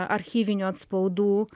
archyvinių atspaudų